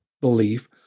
belief